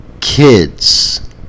kids